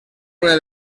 una